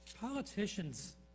Politicians